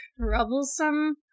troublesome